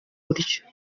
buryo